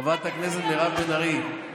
חברת הכנסת מירב בן ארי,